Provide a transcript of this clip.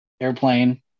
airplane